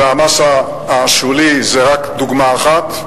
והמס השולי זה רק דוגמה אחת.